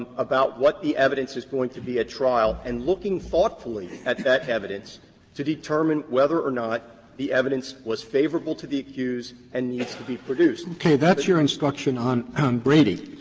about what the evidence is going to be at trial and looking thoughtfully at that evidence to determine whether or not the evidence was favorable to the accused and needs to be produced. roberts and okay. that's your instruction on on brady.